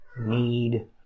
need